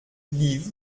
liv